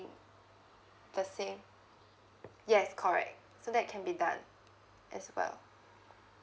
the same yes correct so that can be done as well